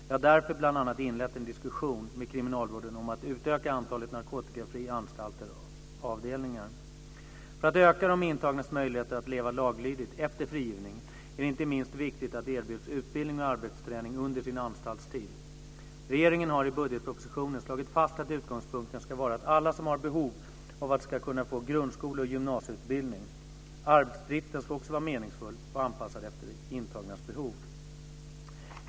Jag har därför bl.a. inlett en diskussion med kriminalvården om att utöka antalet narkotikafria anstalter/avdelningar. För att öka de intagnas möjligheter att leva laglydigt efter frigivningen är det inte minst viktigt att de erbjuds utbildning och arbetsträning under sin anstaltstid. Regeringen har i budgetpropositionen slagit fast att utgångspunkten ska vara att alla som har behov av det ska kunna få grundskole och gymnasieutbildning. Arbetsdriften ska också vara meningsfull och anpassad efter de intagnas behov.